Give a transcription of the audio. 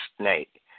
snake